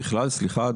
סליחה,